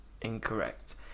Incorrect